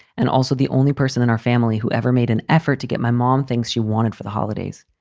and also the only person in our family who ever made an effort to get my mom things she wanted for the holidays.